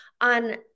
on